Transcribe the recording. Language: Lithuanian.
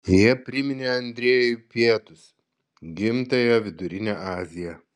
jie priminė andrejui pietus gimtąją vidurinę aziją